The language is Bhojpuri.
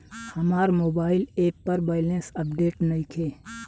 हमार मोबाइल ऐप पर बैलेंस अपडेट नइखे